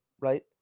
right